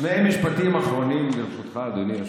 שני משפטים אחרונים, ברשותך, אדוני היושב-ראש.